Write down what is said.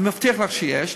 אני מבטיח לך שיש,